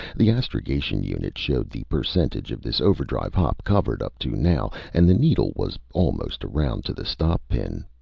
the astrogation unit showed the percentage of this overdrive hop covered up to now, and the needle was almost around to the stop pin.